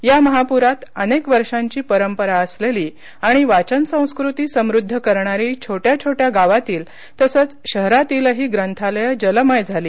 या महापुरात अनेक वर्षांची परंपरा असलेली आणि वाचन संस्कृती समृद्ध करणारी छोट्या छोट्या गावातील तसेच शहरातीलही ग्रंथालये जलमय झाली